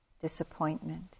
disappointment